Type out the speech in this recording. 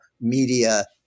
media